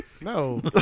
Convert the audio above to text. no